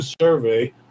survey